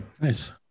Nice